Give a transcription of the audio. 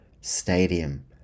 Stadium